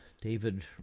David